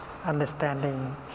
understanding